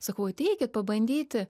sakau ateikit pabandyti